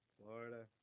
Florida